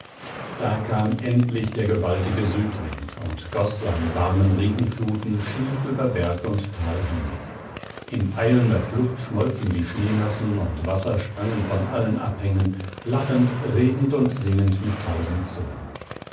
da kam endlich der gewaltige südwind und goß seine warmen regenfluten schief über berg und tal hin in eilender flucht schmolzen die schneemassen und wasser sprangen von allen abhängen lachend redend und singend mit tausend zungen